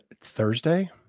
Thursday